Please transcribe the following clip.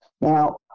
Now